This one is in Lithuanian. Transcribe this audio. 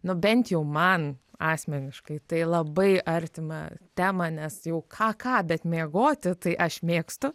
na bent jau man asmeniškai tai labai artimą temą nes jau ką ką bet miegoti tai aš mėgstu